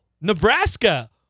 Nebraska